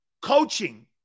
Coaching